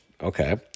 Okay